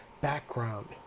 background